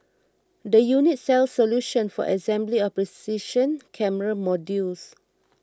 the unit sells solutions for assembly of precision camera modules